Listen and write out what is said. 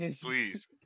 Please